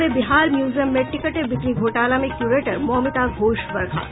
और बिहार म्युजियम में टिकट बिक्री घोटाला में क्यूरेटर मौमिता घोष बर्खास्त